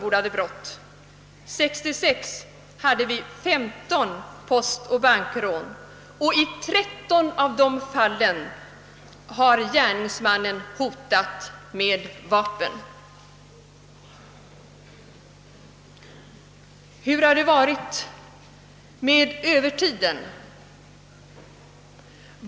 1966 var antalet postoch bankrån 15, och i 13 av dessa fall hotade gärningsmannen med vapen. Hur har det varit med övertiden?